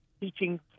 teaching